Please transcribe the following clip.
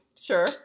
Sure